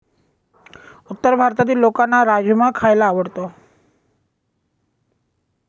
उत्तर भारतातील लोकांना राजमा खायला आवडतो